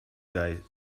guy